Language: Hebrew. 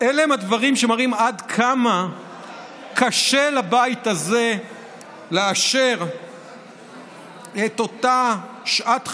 אלה הם הדברים שמראים עד כמה קשה לבית הזה לאשר את אותה שעת חירום,